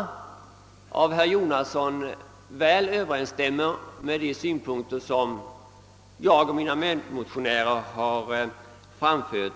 c av herr Jonasson väl överensstämmer med de synpunkter vi motionärer framfört.